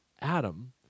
Adam